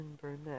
Burnett